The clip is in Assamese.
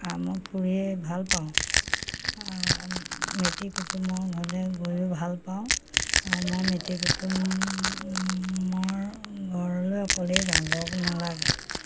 মই ফুৰিয়েই ভাল পাওঁ মিতিৰ কুটুমৰ ঘৰলে গৈয়ো ভাল পাওঁ আৰু মই মিতিৰ কুটুমৰ ঘৰলৈ অকলেই যাওঁ লগ নালাগে